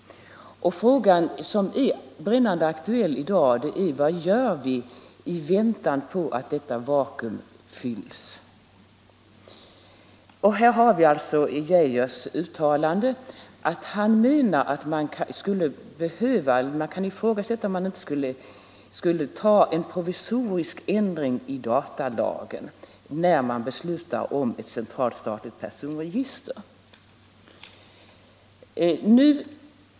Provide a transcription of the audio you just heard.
Och frågan, som i dag är brännande aktuell, är: Vad gör vi i väntan på att detta vakuum fylls? Ja, där har vi då herr Geijers uttalande att man kan ifrågasätta om vi inte skulle ta en provisorisk ändring av datalagen, när vi beslutar om ett centralt statligt personregister.